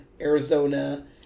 Arizona